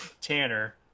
Tanner